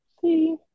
See